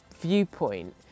viewpoint